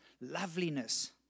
loveliness